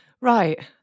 Right